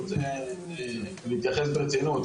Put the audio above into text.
אני רוצה להתייחס ברצינות.